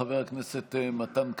חבר הכנסת מתן כהנא,